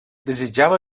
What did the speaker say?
desitjava